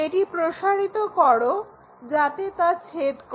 এটি প্রসারিত করো যাতে তা ছেদ করে